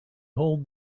hold